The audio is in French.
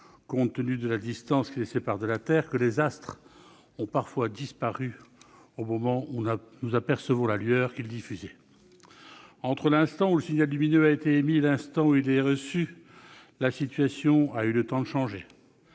compte tenu de la distance qui les sépare de la Terre, que ces astres ont parfois disparu au moment où nous apercevons la lueur qu'ils diffusaient. Entre l'instant où le signal lumineux a été émis et celui où il est reçu, la situation a eu le temps de changer